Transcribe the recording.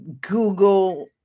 Google